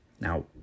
Now